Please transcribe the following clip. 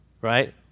right